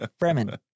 Fremen